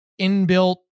inbuilt